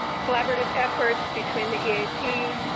collaborative efforts between the eap,